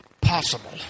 possible